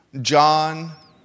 John